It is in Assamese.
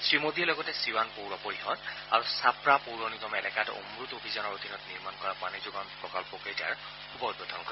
শ্ৰীমোদীয়ে লগতে ছিৱান পৌৰ পৰিষদ আৰু চাপ্ৰা পৌৰ নিগম এলেকাত অমুট অভিযানৰ অধীনত নিৰ্মাণ কৰা পানী যোগান প্ৰকল্পকেইটাৰ শুভ উদ্বোধন কৰে